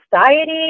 society